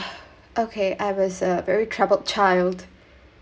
okay I was a very troubled child